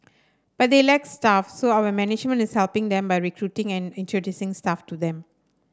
but they lack staff so our management is helping them by recruiting and introducing staff to them